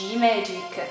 G-Magic